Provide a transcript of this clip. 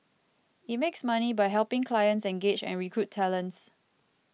it makes money by helping clients engage and recruit talents